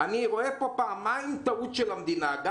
אני רואה פה פעמיים טעות של המדינה גם